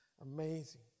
amazing